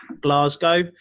Glasgow